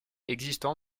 existant